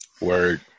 Word